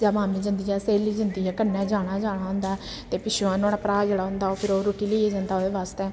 जां मामी जंदी जां स्हेली जंदी जां कन्नै जाना गै जाना होंदा ऐ ते पिच्छुआं नुआढ़ा भ्रा जेह्ड़ा होंदा फिर ओह् रुट्टी लेइयै जंदा ओह्दे बास्तै